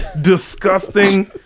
disgusting